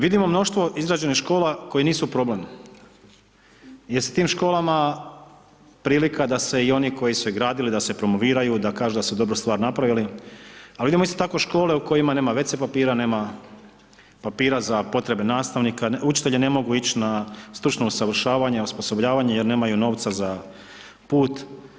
Vidimo mnoštvo izgrađenih škola koje nisu problem jer se tim školama prilika da se i oni koji su ih gradili da se promoviraju, da kažu da su dobru stvar napravili, ali vidimo isto tako škole u kojima nema WC papira, nema papira za potrebe nastavnika, učitelji ne mogu ići na stručno usavršavanje, osposobljavanje jer nemaju novca za put.